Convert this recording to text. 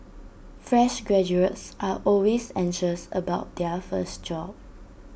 fresh graduates are always anxious about their first job